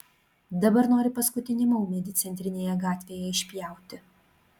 dabar nori paskutinį maumedį centrinėje gatvėje išpjauti